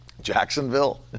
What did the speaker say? Jacksonville